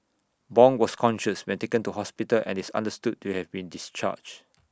Bong was conscious when taken to hospital and is understood to have been discharged